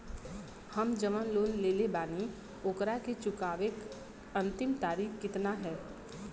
हम जवन लोन लेले बानी ओकरा के चुकावे अंतिम तारीख कितना हैं?